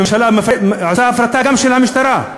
הממשלה עושה הפרטה גם של המשטרה,